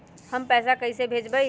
हम पैसा कईसे भेजबई?